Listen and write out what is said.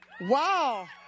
Wow